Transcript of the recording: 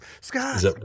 Scott